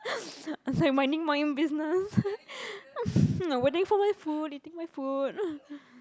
like minding my own business no waiting for my food eating my food